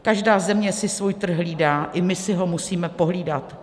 Každá země si svůj trh hlídá, i my si ho musíme pohlídat.